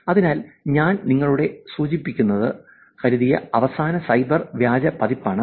അതിനാൽ ഞാൻ നിങ്ങളോട് സൂചിപ്പിക്കുമെന്ന് കരുതിയ അവസാന സൈബർ വ്യാജ പതിപ്പാണ് അത്